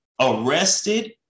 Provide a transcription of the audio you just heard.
arrested